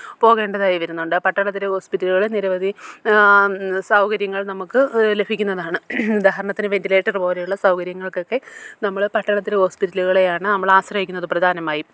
പോകേണ്ടതായി വരുന്നുണ്ട് പട്ടണത്തിലെ ഹോസ്പിറ്റലുകളിൽ നിരവധി സൗകര്യങ്ങൾ നമുക്ക് ലഭിക്കുന്നതാണ് ഉദാഹരണത്തിന് വെൻ്റിലേറ്ററ് പോലെയുള്ള സൗകര്യങ്ങൾക്കൊക്കെ നമ്മൾ പട്ടണത്തിലെ ഹോസ്പിറ്റലുകളെയാണ് നമ്മൾ ആശ്രയിക്കുന്നത് പ്രധാനമായും